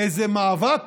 לאיזה מאבק